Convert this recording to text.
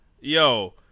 yo